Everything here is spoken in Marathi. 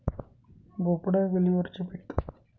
भोपळा हे वेलीवरचे पीक आहे